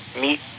meet